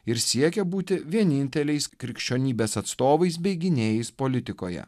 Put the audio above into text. ir siekia būti vieninteliais krikščionybės atstovais bei gynėjais politikoje